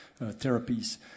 therapies